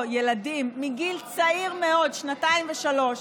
האופן שבו ילדים מגיל צעיר מאוד, שנתיים ושלוש,